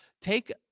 Take